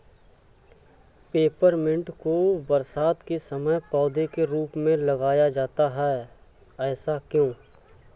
Peppermint को बरसात के समय पौधे के रूप में लगाया जाता है ऐसा क्यो?